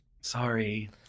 Sorry